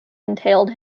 entailed